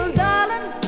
darling